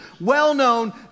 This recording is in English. well-known